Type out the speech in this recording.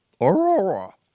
Aurora